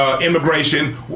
immigration